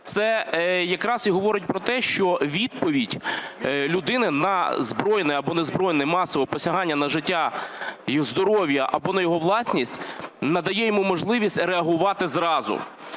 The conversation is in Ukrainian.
Це якраз і говорить про те, що відповідь людини на збройне або незбройне масове посягання на життя і здоров'я або на його власність надає йому можливість реагувати зразу.